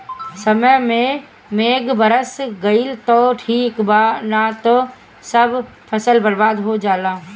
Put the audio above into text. समय पे मेघ बरस गईल त ठीक बा ना त सब फसल बर्बाद हो जाला